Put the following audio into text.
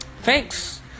thanks